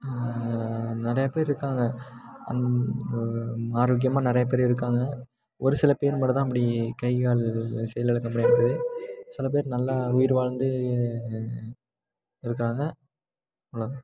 நிறையாப் பேர் இருக்காங்க அந் ஆரோக்கியமாக நிறையாப் பேர் இருக்காங்க ஒரு சில பேர் மட்டுந்தான் அப்படி கை கால் செயல் இழக்க நேருது சில பேர் நல்லா உயிர் வாழ்ந்து இருக்காங்க அவ்வளோ தான்